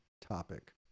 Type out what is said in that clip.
topic